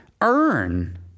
earn